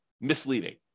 misleading